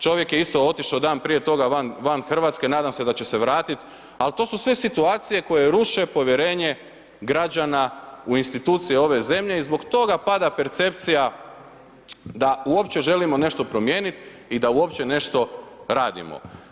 Čovjek je isto otišao dan prije toga van Hrvatske, nadam se da će se vratiti ali to su sve situacije koje ruše povjerenje građana u institucije ove zemlje i zbog toga pada percepcija da uopće želimo nešto promijeniti i da uopće nešto radimo.